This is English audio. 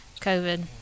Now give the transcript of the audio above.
COVID